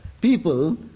people